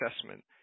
assessment